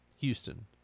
Houston